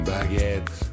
Baguette (